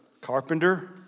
carpenter